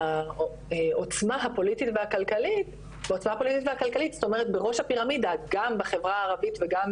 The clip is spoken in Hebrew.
בעוצמה הפוליטית והכלכלית זאת אומרת בראש הפירמידה גם בחברה הערבית וגם